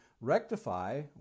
rectify